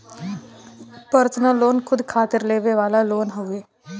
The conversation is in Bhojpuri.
पर्सनल लोन खुद खातिर लेवे वाला लोन हउवे